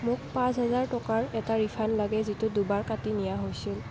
মোক পাঁচ হাজাৰ টকাৰ এটা ৰিফাণ্ড লাগে যিটো দুবাৰ কাটি নিয়া হৈছিল